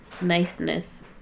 Niceness